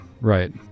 right